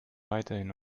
weiterhin